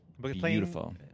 beautiful